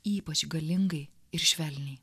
ypač galingai ir švelniai